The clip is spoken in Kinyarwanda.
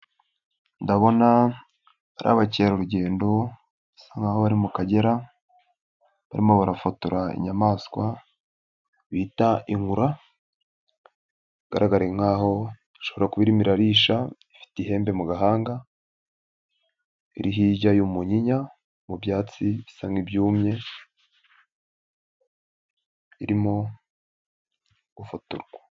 Ndabona ari abakerarugendo, basa nk'aho bari mu Kagera, barimo barafotora inyamaswa bita Inkura bigaragare nk'aho ishobora kuba irimo irarisha, ifite ihembe mu gahanga, iri hirya y'umunyinya, mu byatsi bisa nk'ibyumye, irimo gufotorwa.